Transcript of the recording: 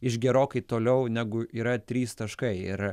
iš gerokai toliau negu yra trys taškai ir